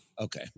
Okay